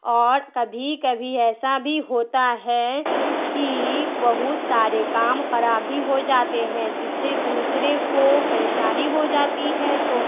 اور کبھی کبھی ایسا بھی ہوتا ہے کہ بہت سارے کام خراب بھی ہو جاتے ہیں جس سے دوسرے کو پریشانی ہو جاتی ہے تو